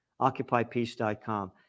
OccupyPeace.com